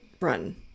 run